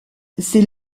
c’est